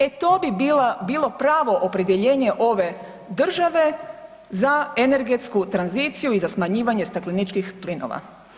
E to bi bilo pravo opredjeljenje ove države za energetsku tranziciju i smanjivanje stakleničkih plinova.